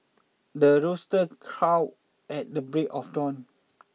the rooster crow at the break of dawn